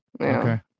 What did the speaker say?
Okay